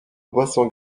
boisson